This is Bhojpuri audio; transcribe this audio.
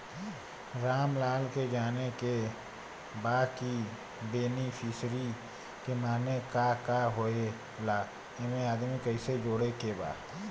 रामलाल के जाने के बा की बेनिफिसरी के माने का का होए ला एमे आदमी कैसे जोड़े के बा?